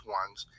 ones